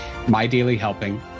MyDailyHelping